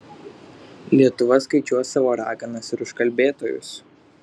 lietuva skaičiuos savo raganas ir užkalbėtojus